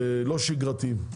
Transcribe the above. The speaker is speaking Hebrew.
לא שגרתיים.